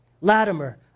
Latimer